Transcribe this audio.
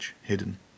hidden